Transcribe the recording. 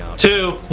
two,